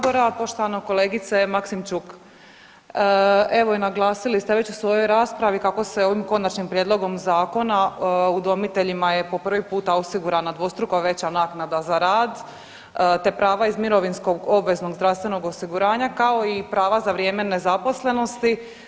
Poštovana kolegice Maksimčuk, evo i naglasili ste već i u svojoj raspravi kako se ovim konačnim prijedlogom zakona udomiteljima je po prvi puta osigurana dvostruko veća naknada za rad, te prava iz mirovinskog obveznog zdravstvenog osiguranja, kao i prava za vrijeme nezaposlenosti.